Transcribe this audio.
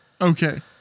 Okay